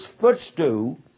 footstool